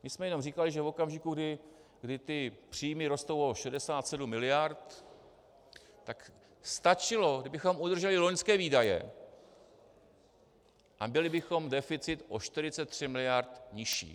My jsme jenom říkali, že v okamžiku, kdy příjmy rostou o 67 mld., tak stačilo, kdybychom udrželi loňské výdaje, a měli bychom deficit o 43 mld. nižší.